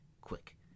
quick